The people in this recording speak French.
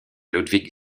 ludwig